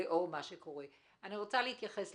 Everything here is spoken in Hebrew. שעות צריך לקרות ואם תוך 48 שעות לא קרה אני יכול להפעיל את